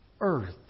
earth